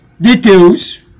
details